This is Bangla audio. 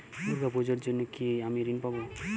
দুর্গা পুজোর জন্য কি আমি ঋণ পাবো?